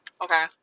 Okay